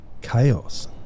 chaos